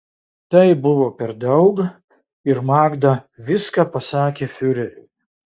tai buvo per daug ir magda viską pasakė fiureriui